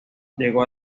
llegó